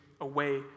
away